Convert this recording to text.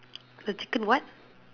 the chicken what